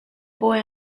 boy